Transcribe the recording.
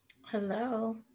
Hello